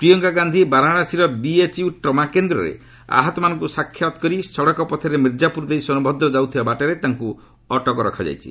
ପ୍ରିୟଙ୍କା ଗାନ୍ଧି ବାରାଶାସୀର BHU trauma କେନ୍ଦ୍ରରେ ଆହତମାନଙ୍କୁ ସାକ୍ଷାତ୍ କରି ସଡ଼କ ପଥରେ ମିର୍ଜାପ୍ରର ଦେଇ ସୋନଭଦ୍ର ଯାଉଥିବା ବାଟରେ ତାଙ୍କ ଅଟକ ରଖାଯାଇଛି